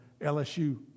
LSU